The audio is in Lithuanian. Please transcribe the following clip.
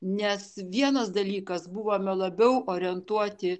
nes vienas dalykas buvome labiau orientuoti